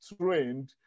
trained